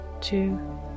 two